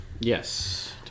yes